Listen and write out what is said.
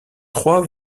trois